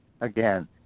again